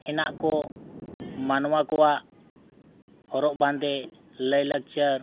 ᱦᱮᱱᱟᱜ ᱠᱚ ᱢᱟᱱᱣᱟ ᱠᱚᱣᱟᱜ ᱦᱚᱨᱚᱜ ᱵᱟᱸᱫᱮ ᱞᱟᱹᱭ ᱞᱟᱠᱪᱟᱨ